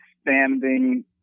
standing